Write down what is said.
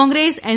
Congress N